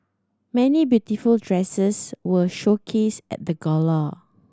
many beautiful dresses were showcased the gala